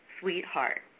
Sweetheart